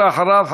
ואחריו,